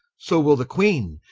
so will the queene,